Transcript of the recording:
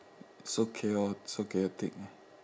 it's so chao~ it's so chaotic